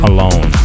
Alone